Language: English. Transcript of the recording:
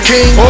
King